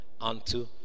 unto